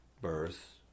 Birth